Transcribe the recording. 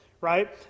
right